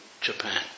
Japan